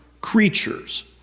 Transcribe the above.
creatures